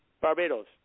Barbados